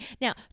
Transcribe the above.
Now